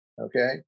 Okay